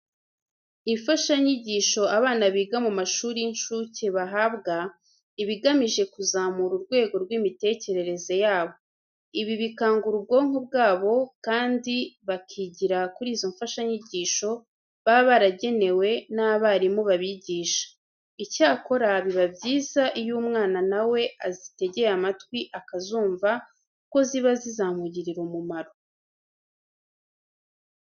Imfashanyigisho abana biga mu mashuri y'incuke bahabwa, iba igamije kuzamura urwego rw'imitekerereze yabo. Ibi bikangura ubwonko bwabo kandi bakigira kuri izo mfashanyigisho baba baragenewe n'abarimu babigisha. Icyakora, biba byiza iyo umwana na we azitegeye amatwi akazumva kuko ziba zizamugirira umumaro.